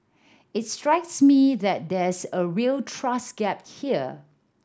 it strikes me that there's a real trust gap here